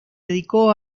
dedicó